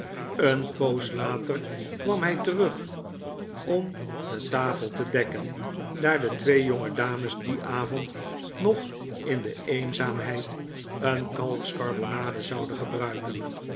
een poos later kwam hij terug om de tafel te dekken daar de twee jongedames dien avond nog in de eenzaamheid een kalfskarbonade zouden gebruiken